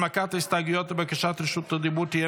הנמקת ההסתייגויות ובקשות רשות הדיבור יהיו